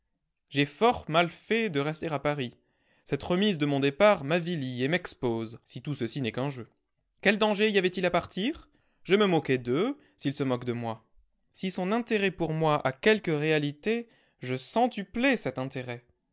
j'ai fort mal fait de rester à paris cette remise de mon départ m'avilit et m'expose si tout ceci n'est qu'un jeu quel danger y avait-il à partir je me moquais d'eux s'ils se moquent de moi si son intérêt pour moi a quelque réalité je centuplais cet intérêt